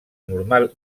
normal